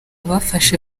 bafashe